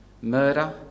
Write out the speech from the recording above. murder